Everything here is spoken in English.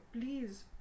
please